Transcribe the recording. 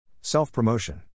Self-promotion